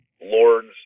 lord's